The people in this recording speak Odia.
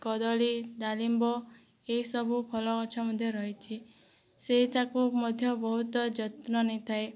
କଦଳୀ ଡାଳିମ୍ବ ଏସବୁ ଫଳଗଛ ମଧ୍ୟ ରହିଛି ସେଇଠାକୁ ମଧ୍ୟ ବହୁତ ଯତ୍ନ ନେଇଥାଏ